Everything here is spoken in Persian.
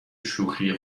شوخی